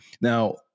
Now